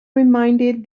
reminded